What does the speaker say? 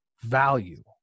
value